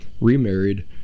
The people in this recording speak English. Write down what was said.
remarried